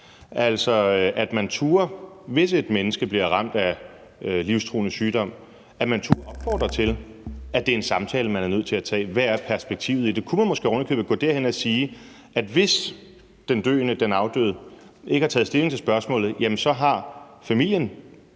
sådan at man turde, hvis et menneske bliver ramt af livstruende sygdom, opfordre til, at det er en samtale, man er nødt til at tage. Altså, hvad er perspektivet i det? Kunne man måske ovenikøbet gå derhen, hvor man siger, at hvis den afdøde ikke har taget stilling til spørgsmålet, jamen så har familien